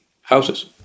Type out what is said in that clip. houses